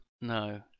No